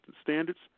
standards